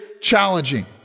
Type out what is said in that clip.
challenging